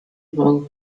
wolf